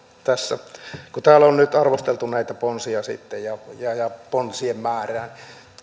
tässä kun täällä on nyt arvosteltu näitä ponsia ja ja ponsien määrää